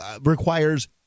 requires